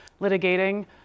litigating